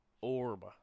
orb